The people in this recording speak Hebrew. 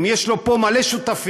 יש לו פה מלא שותפים.